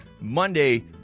Monday